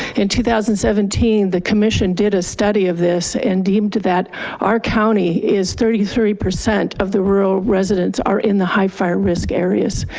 in two thousand and seventeen, the commission did a study of this and deemed that our county is thirty three percent of the rural residents are in the high fire risk areas.